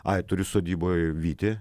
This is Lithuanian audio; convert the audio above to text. ai turiu sodyboje vytį